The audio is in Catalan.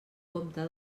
compte